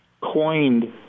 coined